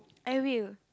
I will